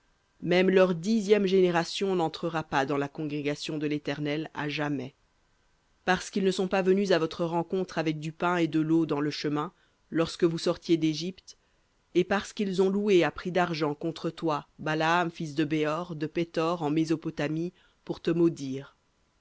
même leur dixième génération n'entrera pas dans la congrégation de l'éternel à jamais parce qu'ils ne sont pas venus à votre rencontre avec du pain et de l'eau dans le chemin lorsque vous sortiez d'égypte et parce qu'ils ont loué contre toi balaam fils de béor de pethor en mésopotamie pour te maudire